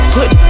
Put